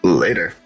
Later